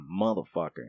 motherfucker